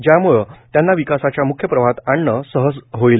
ज्यामुळं त्यांना विकासाच्या मुख्य प्रवाहात आणणे सहज होईल